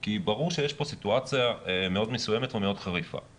כי ברור שיש פה סיטואציה מאוד מסוימת ומאוד חריפה.